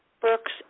Brooks